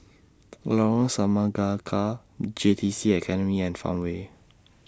Lorong Semangka J T C Academy and Farmway